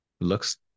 looks